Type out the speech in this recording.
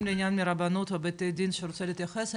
לעניין רבנות או בתי דין שרוצה להתייחס?